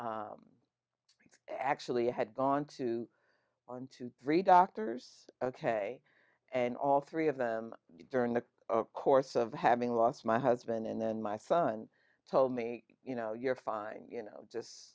that actually i had gone to on to three doctors ok and all three of them during the course of having lost my husband and then my son told me you know you're fine you know just